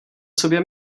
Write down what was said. sobě